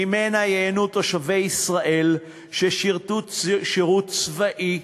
שממנה ייהנו תושבי ישראל ששירתו שירות צבאי,